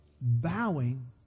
bowing